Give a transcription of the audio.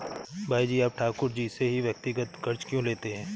भाई जी आप ठाकुर जी से ही व्यक्तिगत कर्ज क्यों लेते हैं?